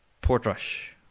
Portrush